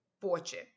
fortune